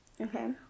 Okay